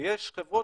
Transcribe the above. ויש חברות